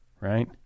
right